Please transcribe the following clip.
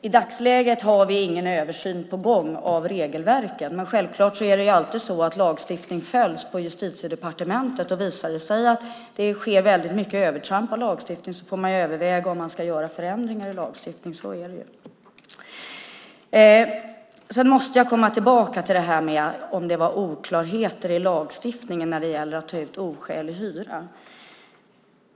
I dagsläget har vi ingen översyn på gång av regelverken, men självklart är det alltid så att lagstiftning följs på Justitiedepartementet. Visar det sig att det sker väldigt mycket övertramp av lagstiftningen får man överväga om man ska göra förändringar i lagstiftningen. Så är det. Jag måste komma tillbaka till om det var oklarheter i lagstiftningen när det gäller att ta ut oskälig hyra.